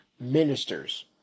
ministers